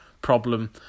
problem